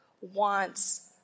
wants